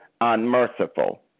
unmerciful